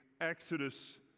Exodus